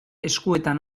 eskuetan